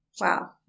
Wow